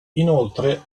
inoltre